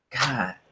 God